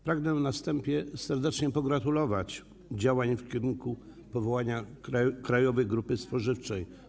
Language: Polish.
Pragnę na wstępie serdecznie pogratulować działań w kierunku powołania Krajowej Grupy Spożywczej.